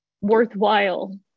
worthwhile